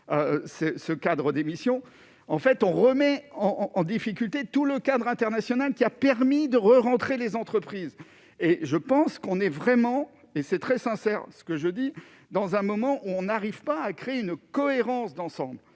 ce cadre d'émission en fait, on remet en en difficulté tout le cadre international qui a permis de rentrer les entreprises et je pense qu'on est vraiment, et c'est très sincère, ce que je dis dans un moment où on n'arrive pas à créer une cohérence d'ensemble